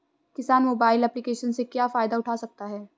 किसान mobile application से क्या फायदा उठा सकता है?